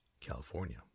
California